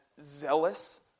zealous